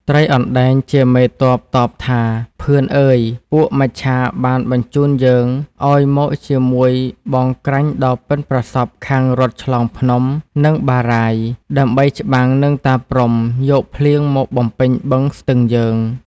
ត្រីអណ្តែង ជាមេទ័ពតបថា “ ភឿនអើយ ! ពួកមច្ឆាបានបញ្ជូនយើងឱ្យមកជាមួយបងក្រាញ់ដ៏ប៉ិន ប្រសប់ខាងរត់ឆ្លងភ្នំ និងបារាយណ៍ ដើម្បីច្បាំងនឹងតាព្រហ្មយកភ្លៀងមកបំពេញបឹង ស្ទឹងយើង “ ។